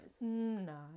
No